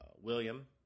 William